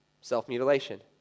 Self-mutilation